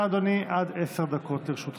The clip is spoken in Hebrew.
בבקשה, אדוני, עד עשר דקות לרשותך.